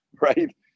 right